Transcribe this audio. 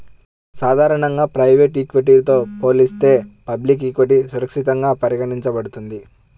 సాధారణంగా ప్రైవేట్ ఈక్విటీతో పోలిస్తే పబ్లిక్ ఈక్విటీ సురక్షితంగా పరిగణించబడుతుంది